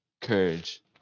Courage